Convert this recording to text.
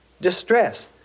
distress